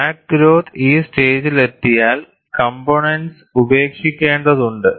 crack growth ഈ സ്റ്റേജിലെത്തിയാൽ components ഉപേക്ഷിക്കേണ്ടതുണ്ട്